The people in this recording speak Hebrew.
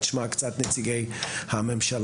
אבל מתופעלים ופועלים בתוך הרשויות המקומיות